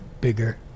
bigger